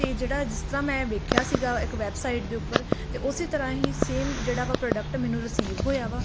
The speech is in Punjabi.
ਅਤੇ ਜਿਹੜਾ ਜਿਸ ਤਰ੍ਹਾਂ ਮੈਂ ਵੇਖਿਆ ਸੀਗਾ ਇੱਕ ਵੈਬਸਾਈਟ ਦੇ ਉੱਪਰ ਅਤੇ ਉਸੇ ਤਰ੍ਹਾਂ ਹੀ ਸੇਮ ਜਿਹੜਾ ਵਾ ਪ੍ਰੋਡਕਟ ਮੈਨੂੰ ਰਿਸੀਵ ਹੋਇਆ ਵਾ